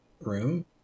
room